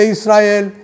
Israel